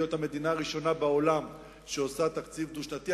להיות המדינה הראשונה בעולם שעושה תקציב דו-שנתי.